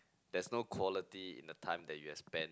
there's no quality in the time that you've spent